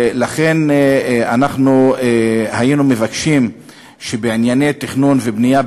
לכן אנחנו היינו מבקשים שבענייני תכנון ובנייה,